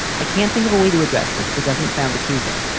i can't think of a way to address this. that doesn't sound accusing.